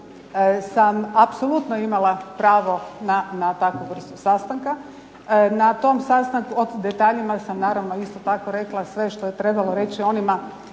sam apsolutno imala pravo na takvu vrstu sastanka. Na tom sastanku, o detaljima sam naravno isto tako rekla sve što je trebalo reći onima